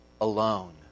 alone